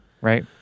Right